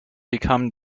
become